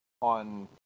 on